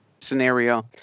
scenario